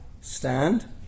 Stand